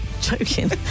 Joking